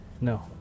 no